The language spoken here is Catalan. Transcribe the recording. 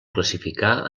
classificar